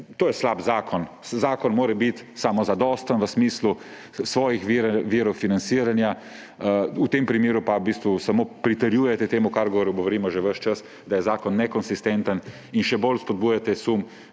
To je slab zakon. Zakon mora biti samozadosten v smislu svojih virov financiranja, v tem primeru pa v bistvu samo pritrjujete temu, kar govorimo že ves čas, da je zakon nekonsistenten, in še bolj spodbujate sum,